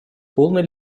полной